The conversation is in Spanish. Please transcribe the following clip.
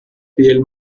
piel